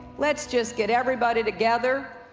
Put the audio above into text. let's just get everybody together,